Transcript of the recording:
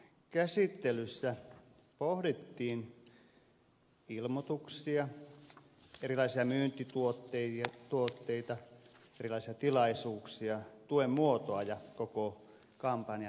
valiokuntakäsittelyssä pohdittiin ilmoituksia erilaisia myyntituotteita erilaisia tilaisuuksia tuen muotoa ja koko kampanjan rahoitusta